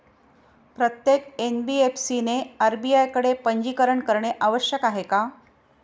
प्रत्येक एन.बी.एफ.सी ने आर.बी.आय कडे पंजीकरण करणे आवश्यक आहे का?